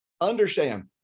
understand